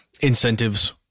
incentives